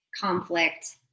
conflict